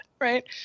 right